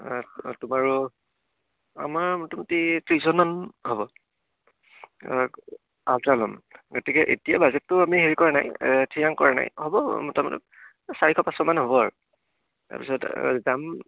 তোমাৰ আমাৰ মোটামুটি ত্ৰিছজনমান হ'ব গতিকে এতিয়া বাজেটটো আমি হেৰি কৰা নাই থিৰাং কৰা নাই হ'ব মোটামুটি চাৰিশ পাঁচশ মান হ'ব আৰু তাৰপিছত যাম